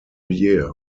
year